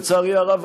לצערי הרב,